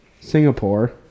Singapore